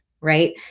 right